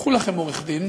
קחו לכם עורך-דין,